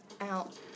out